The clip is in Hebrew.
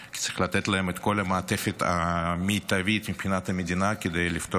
כי צריך לתת להם את כל המעטפת המיטבית מבחינת המדינה כדי לפתור את